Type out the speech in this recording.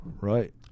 Right